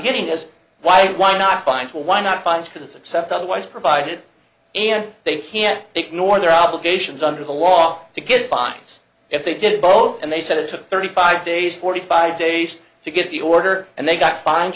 getting is why why not find a why not buy into this except otherwise provided and they can't ignore their obligations under the law to get fines if they did vote and they said it took thirty five days forty five days to get the order and they got fined